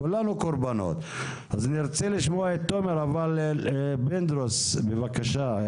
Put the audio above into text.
אז נרצה לשמוע את תומר, אבל פינדרוס, בבקשה.